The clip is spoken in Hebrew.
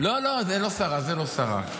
זה לא שרה, זה לא שרה.